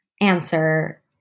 answer